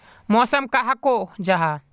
मौसम कहाक को जाहा?